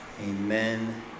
amen